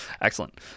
excellent